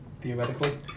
Theoretically